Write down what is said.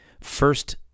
First